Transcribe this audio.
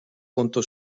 conto